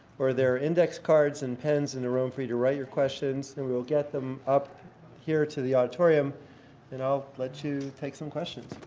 or there are index cards and pens in the room for you to write your questions and we'll get them up here to the auditorium and i'll let you take some questions.